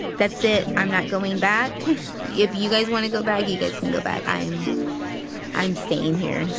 that's it. i'm not going back. yeah if you guys want to go back, you guys can go back. i'm i'm staying here.